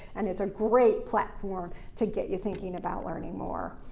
and it's a great platform to get you thinking about learning more.